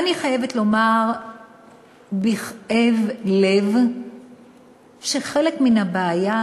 ואני חייבת לומר בכאב לב שחלק מן הבעיה